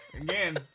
Again